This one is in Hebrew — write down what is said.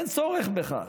אין צורך בכך.